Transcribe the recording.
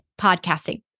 podcasting